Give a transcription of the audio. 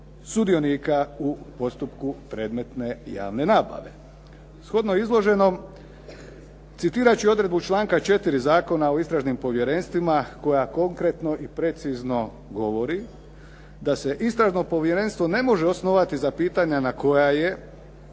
sudionika u postupku predmetne javne nabave. Shodno izloženom citirati ću odredbu članka 4. Zakona o istražnim povjerenstvima koja konkretno i precizno govori: "da se istražno povjerenstvo ne može osnovati za pitanje na koja je